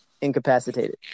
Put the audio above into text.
incapacitated